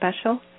special